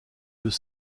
deux